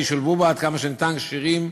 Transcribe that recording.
וישולבו בו עד כמה שניתן שירים,